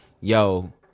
yo